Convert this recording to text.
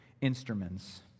instruments